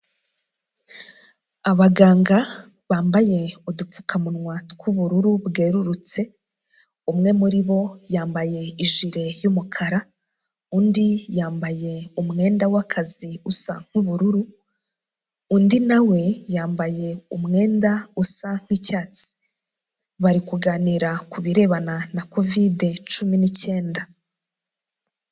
Abaganga bambaye udupfukamunwa tw'ubururu bwerurutse, umwe muri bo yambaye ijire y'umukara, undi yambaye umwenda w'akazi usa nk'ubururu, undi na we yambaye umwenda usa nk'icyatsi. Bari kuganira ku birebana na kovidi cumi n'icyenda.